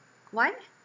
why